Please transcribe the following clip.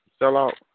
sellout